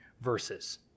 verses